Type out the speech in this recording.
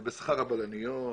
ובשכר הבלניות.